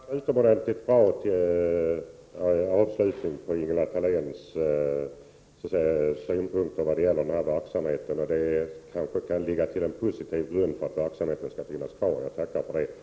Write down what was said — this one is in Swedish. Herr talman! Det här var en utomordentligt bra avslutning från Ingela Thaléns sida när det gäller denna verksamhet. Kanske kan det verka positivt för verksamhetens fortlevnad. Jag tackar för detta.